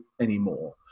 anymore